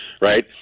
right